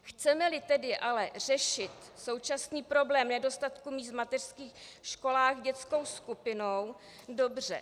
Chcemeli tedy ale řešit současný problém nedostatku míst v mateřských školách dětskou skupinou, dobře.